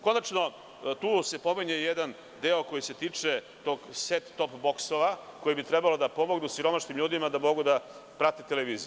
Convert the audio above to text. Konačno, tu se pominje jedan deo koji se tiče set-top-boksova, koji bi trebalo da pomognu siromašnim ljudima da mogu da prate televiziju.